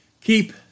Keep